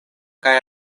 kaj